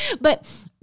but-